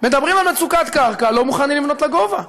מדברים על מצוקת קרקע, לא מוכנים לבנות לגובה.